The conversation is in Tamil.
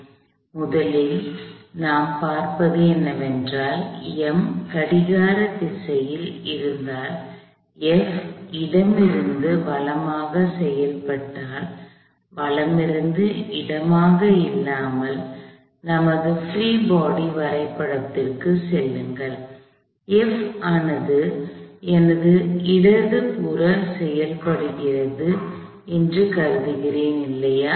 எனவே நாம் முதலில் பார்ப்பது என்னவென்றால் M கடிகார திசையில் இருந்தால் F இடமிருந்து வலமாகச் செயல்பட்டால் வலமிருந்து இடமாக இல்லாமல் நமது பிரீ பாடி வரைபடத்திற்குச் செல்லுங்கள் F ஆனது எனது இடதுபுறமாகச் செயல்படுகிறது என்று கருதினேன் இல்லையா